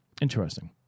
Interesting